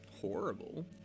horrible